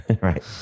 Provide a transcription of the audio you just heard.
Right